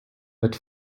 but